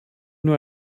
nur